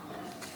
(תיקון מס'